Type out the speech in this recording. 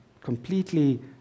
completely